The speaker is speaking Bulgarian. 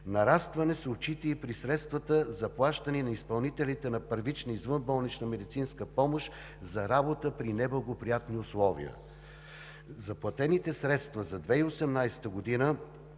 Нарастване се отчита и при средствата, заплащани на изпълнителите на първична извънболнична медицинска помощ за работа при неблагоприятни условия. Заплатените средства за 2018 г. са